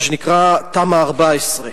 מה שנקרא תמ"א 14,